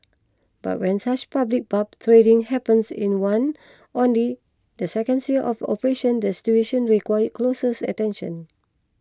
but when such public barb trading happens in one only the seconds year of operations the situation requires closes attention